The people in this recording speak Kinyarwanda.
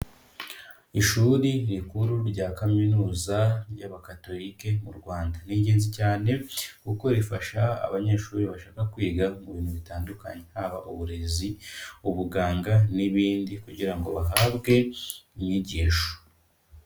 Ishuri rikuru rya kaminuza y'abakatolike mu Rwanda. Ni ingenzi cyane kuko rifasha abanyeshuri bashaka kwiga mu bintu bitandukanye, haba uburezi, ubuganga n'ibindi kugira ngo bahabwe inyigisho.